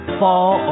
fall